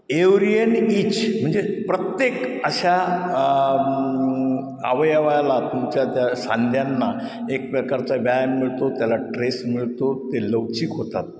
every and each म्हणजे प्रत्येक अशा अवयवाला तुमच्या त्या सांध्यांना एक प्रकारचा व्यायाम मिळतो त्याला ट्रेस मिळतो ते लवचिक होतात